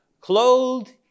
clothed